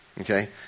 okay